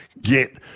get